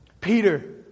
Peter